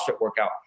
workout